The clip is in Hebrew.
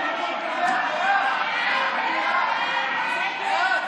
אני מבקש מחבר הכנסת כץ להציג את הצעת החוק.